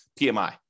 PMI